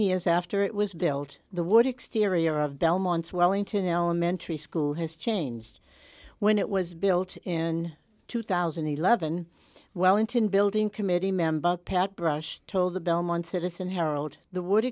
years after it was built the wood exterior of belmont's wellington elementary school has changed when it was built in two thousand and eleven wellington building committee member pat brush told the belmont citizen herald the wo